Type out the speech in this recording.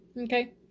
Okay